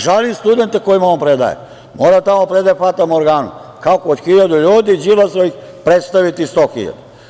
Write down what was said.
Žalim studente kojima on predaje, mora da tamo predaje fatamorganu, kao kod hiljadu ljudi Đilasovih predstaviti sto hiljada.